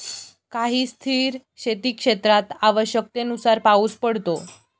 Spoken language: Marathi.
काही स्थिर शेतीक्षेत्रात आवश्यकतेनुसार पाऊस पडतो